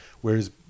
Whereas